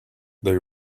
they